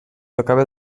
tocava